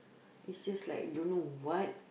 it's just like don't know what